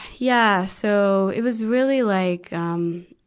yeah. so, it was really like, um,